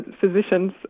physicians